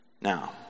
Now